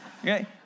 Okay